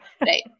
right